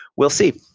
we'll see.